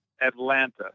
Atlanta